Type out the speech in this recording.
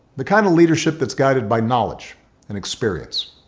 the kind of leadership that's guided by knowledge and experience,